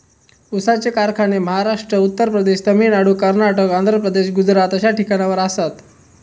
ऊसाचे कारखाने महाराष्ट्र, उत्तर प्रदेश, तामिळनाडू, कर्नाटक, आंध्र प्रदेश, गुजरात अश्या ठिकाणावर आसात